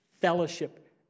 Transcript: fellowship